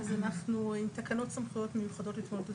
אנחנו עם תקנות סמכויות מיוחדות להתמודדות